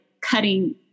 cutting